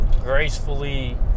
gracefully